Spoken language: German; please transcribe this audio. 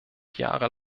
jahre